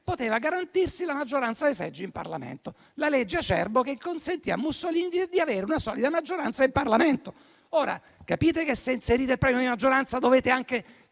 poteva garantirsi la maggioranza dei seggi in Parlamento; la legge Acerbo che consentì a Mussolini di avere una solida maggioranza in Parlamento. Ora capite che, se inserite il premio di maggioranza, dovete anche